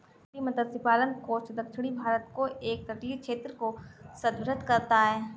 मोती मत्स्य पालन कोस्ट दक्षिणी भारत के एक तटीय क्षेत्र को संदर्भित करता है